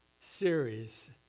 series